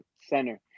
center